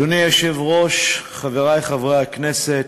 אדוני היושב-ראש, חברי חברי הכנסת,